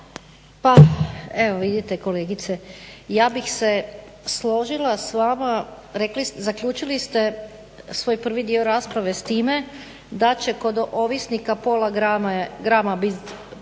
Pa evo vidite kolegice ja bih se složila s vama, zaključili ste svoj prvi dio rasprave s time da će kod ovisnika pola grama biti